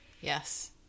Yes